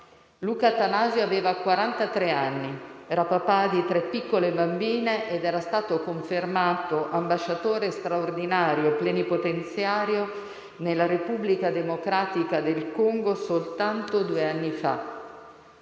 Luca Attanasio aveva quarantatré anni, era papà di tre piccole bambine ed era stato confermato ambasciatore straordinario plenipotenziario nella Repubblica Democratica del Congo soltanto due anni fa.